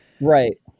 right